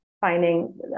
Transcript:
finding